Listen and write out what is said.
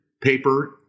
paper